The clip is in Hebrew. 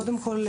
קודם כול,